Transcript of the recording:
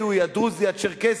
מה"חמאס"?